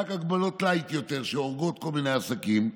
רק הגבלות לייט יותר שהורגות כל מיני עסקים,